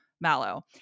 mallow